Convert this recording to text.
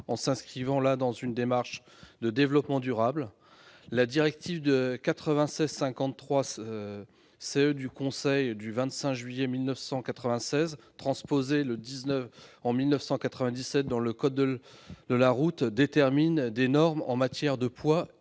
en s'inscrivant dans une démarche de développement durable. La directive 96/53/CE du Conseil du 25 juillet 1996, transposée en 1997 dans le code de la route, détermine des normes en matière de poids